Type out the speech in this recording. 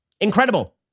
Incredible